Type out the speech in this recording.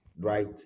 right